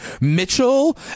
Mitchell